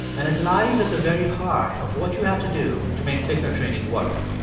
and it lies at the very heart of what you have to do to make clicker training work.